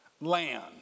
land